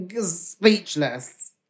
Speechless